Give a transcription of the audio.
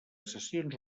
sessions